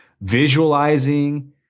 visualizing